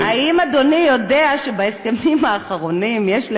האם אדוני יודע שבהסכמים האחרונים יש,